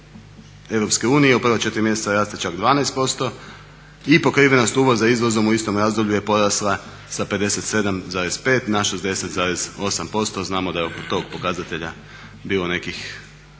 U prva četiri mjeseca raste čak 12% i pokrivenost uvoza izvozom u istom razdoblju je porasla sa 57,5 na 60,8%, znamo da je oko tog pokazatelja bilo nekih